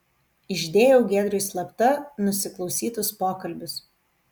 išdėjau giedriui slapta nusiklausytus pokalbius